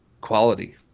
quality